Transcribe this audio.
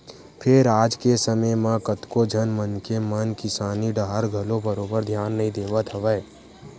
फेर आज के समे म कतको झन मनखे मन किसानी डाहर घलो बरोबर धियान नइ देवत हवय